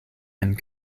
and